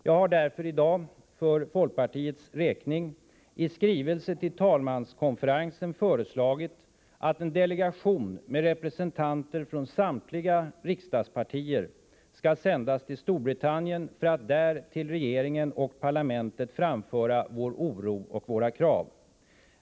Jag har därför i dag för folkpartiets räkning i en skrivelse till talmanskonferensen föreslagit att en delegation med representanter från samtliga riksdagspartier skall sändas till Storbritannien för att där till regeringen och parlamentet framföra vår oro och våra krav.